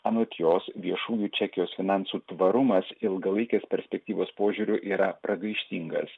anot jos viešųjų čekijos finansų tvarumas ilgalaikės perspektyvos požiūriu yra pragaištingas